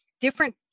different